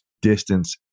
distance